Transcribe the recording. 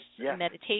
meditation